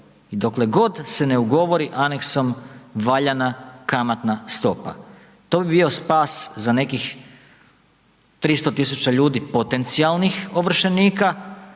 i dokle god se ne ugovori aneksom valjana kamatna stopa. To bi bio spas za nekih 300 000 ljudi potencijalnih ovršenika,